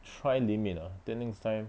try limit ah then next time